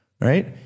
right